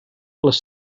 les